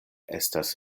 estas